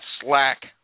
slack